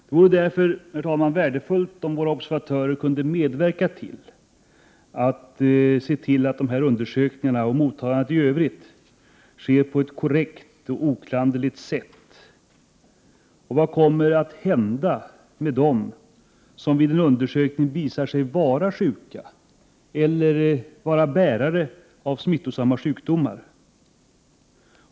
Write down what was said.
Det vore därför värdefullt, herr talman, om våra observatörer kunde medverka till att se till att de här undersökningarna och mottagandet i övrigt sker på ett korrekt och oklanderligt sätt. Vad kommer att hända med dem som vid en undersökning visar sig vara sjuka eller bärare av smittosamma sjukdomar?